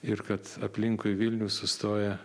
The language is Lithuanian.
ir kad aplinkui vilnių sustoję